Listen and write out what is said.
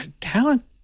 Talent